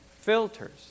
filters